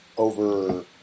over